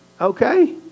okay